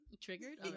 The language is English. triggered